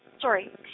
Sorry